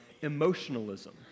emotionalism